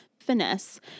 finesse